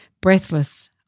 Breathless